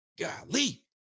Golly